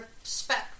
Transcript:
respect